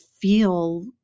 feel